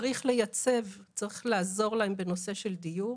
צריך לייצב וצריך לעזור להן בנושא של דיור,